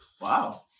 Wow